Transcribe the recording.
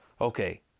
Okay